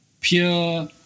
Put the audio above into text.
pure